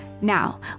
Now